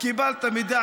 קיבלתי את